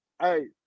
hey